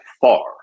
far